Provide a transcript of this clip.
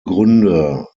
gründe